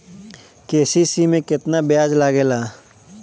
KCC में केतना ब्याज लगेला?